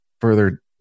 further